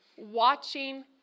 watching